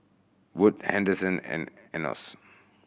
Wood Henderson and Enos